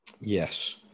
Yes